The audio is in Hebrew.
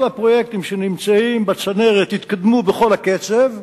הפרויקטים שנמצאים בצנרת יתקדמו בכל הקצב,